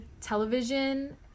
television